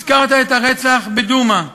הזכרת את הרצח בדומא,